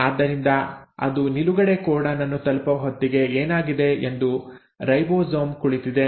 ಆದ್ದರಿಂದ ಅದು ನಿಲುಗಡೆ ಕೋಡಾನ್ ಅನ್ನು ತಲುಪುವ ಹೊತ್ತಿಗೆ ಏನಾಗಿದೆ ಎಂದರೆ ರೈಬೋಸೋಮ್ ಕುಳಿತಿದೆ